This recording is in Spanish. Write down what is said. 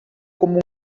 común